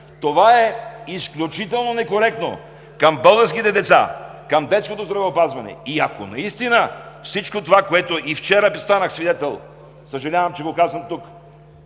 Това е изключително некоректно към българските деца, към детското здравеопазване. Ако наистина всичко това, на което и вчера станах свидетел, съжалявам, че го казвам тук,